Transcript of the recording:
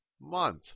month